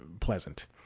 pleasant